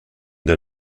der